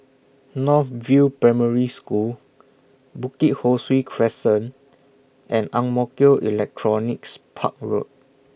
North View Primary School Bukit Ho Swee Crescent and Ang Mo Kio Electronics Park Road